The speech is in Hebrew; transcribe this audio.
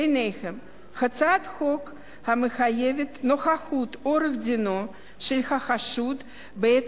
ביניהן הצעת חוק המחייבת נוכחות עורך-דינו של החשוד בעת